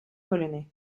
polonais